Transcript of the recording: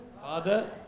Father